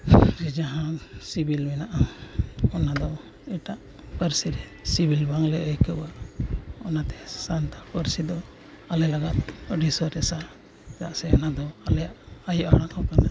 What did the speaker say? ᱨᱮ ᱡᱟᱦᱟᱸ ᱥᱤᱵᱤᱞ ᱢᱮᱢᱱᱟᱜᱼᱟ ᱚᱱᱟ ᱫᱚ ᱮᱴᱟᱜ ᱯᱟᱹᱨᱥᱤ ᱨᱮ ᱥᱤᱵᱤᱞ ᱵᱟᱝᱞᱮ ᱟᱹᱭᱠᱟᱹᱣᱟ ᱚᱱᱟᱛᱮ ᱥᱟᱱᱛᱟᱲ ᱯᱟᱹᱨᱥᱤ ᱫᱚ ᱟᱞᱮ ᱞᱟᱜᱟᱫ ᱟᱹᱰᱤ ᱥᱚᱨᱮᱥᱟ ᱪᱮᱫᱟᱜ ᱥᱮ ᱚᱱᱟ ᱫᱚ ᱟᱞᱮᱭᱟᱜ ᱟᱭᱳ ᱟᱲᱟᱝ ᱦᱚᱸ ᱠᱟᱱᱟ